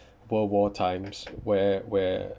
world war times where where